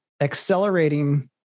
accelerating